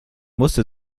musste